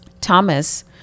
Thomas